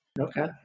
Okay